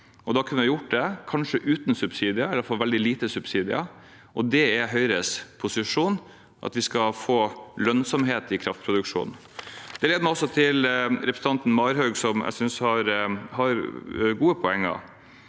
da kanskje få det gjort uten subsidier, eller i hvert fall med veldig lite subsidier. Det er Høyres posisjon at vi skal få lønnsomhet i kraftproduksjonen. Det leder meg også til representanten Marhaug, som jeg synes har gode poenger.